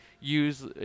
use